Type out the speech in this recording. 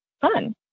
fun